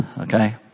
okay